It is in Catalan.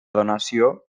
donació